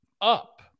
up